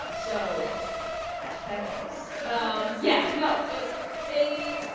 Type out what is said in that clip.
so, nice hashtag nice um yeah, no, it's, they,